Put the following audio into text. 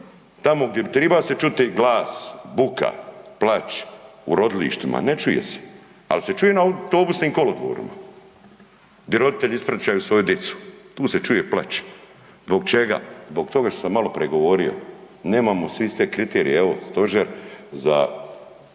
tamo gdje triba se čuti glas, buka, plač, u rodilištima, ne čuje se, ali se čuje na autobusnim kolodvorima, di roditelji ispraćaju svoju dicu, tu se čuje plač. Zbog čega? Zbog toga što sam maloprije govorio. Nemamo svi iste kriterije, evo stožer u